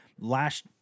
last